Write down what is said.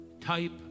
type